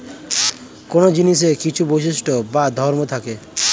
কোন জিনিসের কিছু বৈশিষ্ট্য বা ধর্ম থাকে